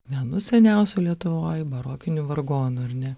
vienus seniausių lietuvoj barokinių vargonų ar ne